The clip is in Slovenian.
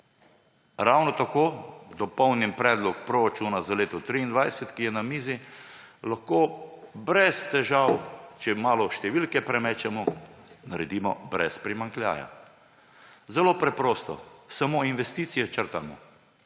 Ravno tako dopolnjen predlog proračuna za leto 2023, ki je na mizi, lahko brez težav, če malo številke premečemo, naredimo brez primanjkljaja. Zelo preprosto − samo investicije črtamo.